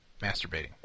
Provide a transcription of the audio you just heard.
masturbating